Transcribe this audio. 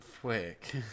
Quick